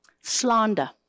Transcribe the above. Slander